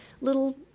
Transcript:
little